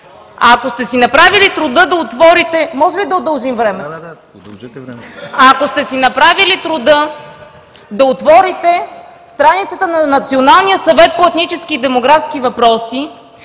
Ако сте си направили труда да отворите страницата на Националния съвет по етнически и демографски въпроси